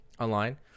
online